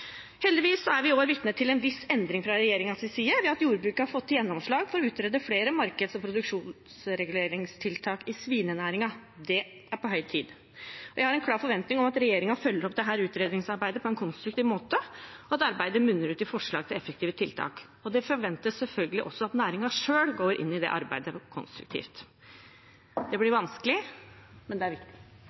Heldigvis er vi i år vitne til en viss endring fra regjeringens side ved at jordbruket har fått gjennomslag for å utrede flere markeds- og produksjonsreguleringstiltak i svinenæringen. Det er på høy tid. Vi har en klar forventning om at regjeringen følger opp dette utredningsarbeidet på en konstruktiv måte, og at arbeidet munner ut i forslag til effektive tiltak. Det forventes selvfølgelig også at næringen selv går inn i det arbeidet konstruktivt. Det blir vanskelig, men det er viktig.